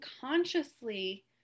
consciously